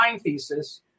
thesis